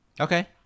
Okay